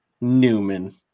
Newman